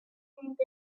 filmed